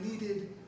needed